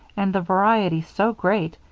and the variety so great,